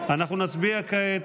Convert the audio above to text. חברי הכנסת,